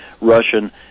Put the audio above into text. Russian